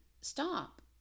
stop